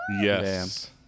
yes